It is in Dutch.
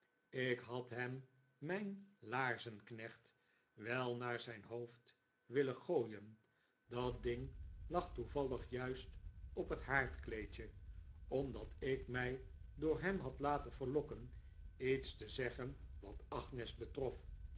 ik had hem mijn laarzenknecht wel naar zijn hoofd willen gooien dat ding lag toevallig juist op het haardkleedje omdat ik mij door hem had laten verlokken iets te zeggen wat agnes betrof